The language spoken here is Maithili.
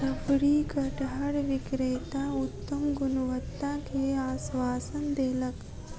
शफरी कटहर विक्रेता उत्तम गुणवत्ता के आश्वासन देलक